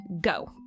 go